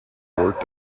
worked